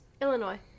Illinois